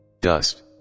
dust